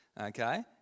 Okay